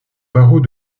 barreau